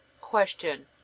Question